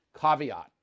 Caveat